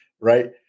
right